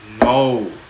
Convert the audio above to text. No